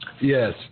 Yes